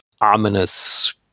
ominous